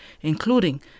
including